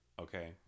Okay